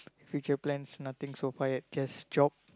future plans nothing so far yet just job